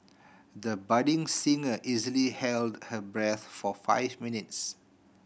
the budding singer easily held her breath for five minutes